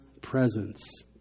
presence